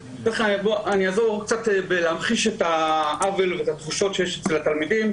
אני אעזור להמחיש את העוול ואת התחושות שיש אצל התלמידים